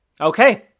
Okay